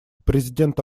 президент